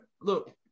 look